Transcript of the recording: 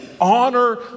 honor